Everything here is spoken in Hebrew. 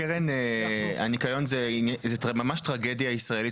קרן הניקיון היא ממש טרגדיה ישראלית